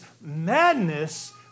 madness